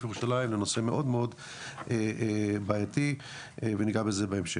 ירושלים לנושא מאוד מאוד בעייתי וניגע בזה בהמשך.